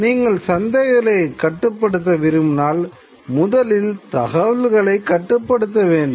நீங்கள் சந்தைகளை கட்டுப்படுத்த விரும்பினால் முதலில் தகவலைக் கட்டுப்படுத்த வேண்டும்